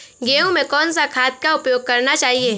गेहूँ में कौन सा खाद का उपयोग करना चाहिए?